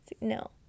no